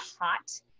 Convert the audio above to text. hot